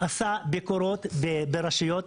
עשה ביקורות ברשויות,